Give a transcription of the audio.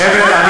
חבר'ה,